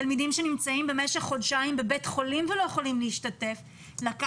תלמידים שנמצאים במשך חודשיים בבית חולים ולא יכולים להשתתף בלימודים.